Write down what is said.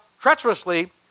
treacherously